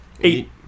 Eight